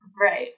Right